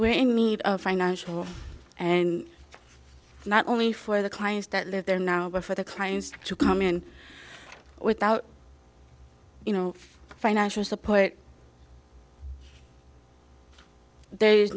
we're in need of financial and not only for the clients that live there now but for the clients to come in without you know financial support there